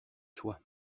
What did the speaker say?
choix